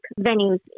venues